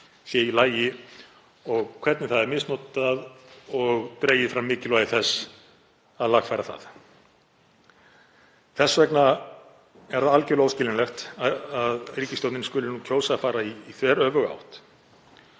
sé í lagi og hvernig það er misnotað og dregið fram mikilvægi þess að lagfæra það. Þess vegna er algerlega óskiljanlegt að ríkisstjórnin skuli nú kjósa að fara í þveröfuga átt